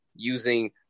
using